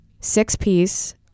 six-piece